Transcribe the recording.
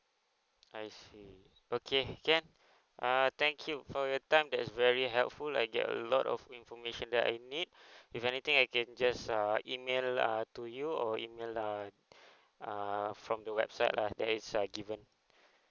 I see okay can uh thank you for your time that's very helpful I get a lot of information that I need if anything I can just uh email uh to you or email uh uh from the website lah that is ah given